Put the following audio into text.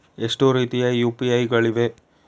ಎಷ್ಟು ರೀತಿಯ ಯು.ಪಿ.ಐ ಗಳಿವೆ?